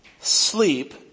sleep